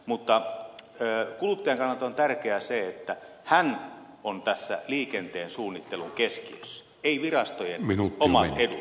mutta kuluttajan kannalta on tärkeää se että tässä liikenteen suunnittelun keskiössä on hän ei virastojen omat edut